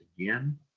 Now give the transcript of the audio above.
again